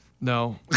No